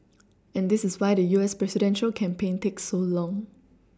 and this is why the U S presidential campaign takes so long